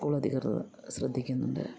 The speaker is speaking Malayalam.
സ്കൂൾ അധികൃതർ ശ്രദ്ധിക്കുന്നുണ്ട്